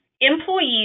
Employees